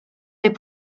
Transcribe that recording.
des